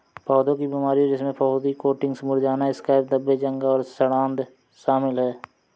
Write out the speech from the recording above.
पौधों की बीमारियों जिसमें फफूंदी कोटिंग्स मुरझाना स्कैब्स धब्बे जंग और सड़ांध शामिल हैं